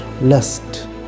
lust